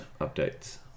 updates